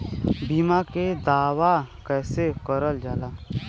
बीमा के दावा कैसे करल जाला?